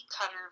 cutter